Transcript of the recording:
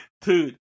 dude